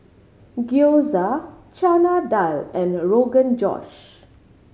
Gyoza Chana Dal and Rogan Josh